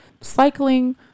cycling